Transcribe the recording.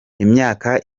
imyaka